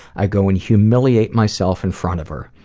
i go and humiliate myself in front of her.